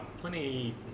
plenty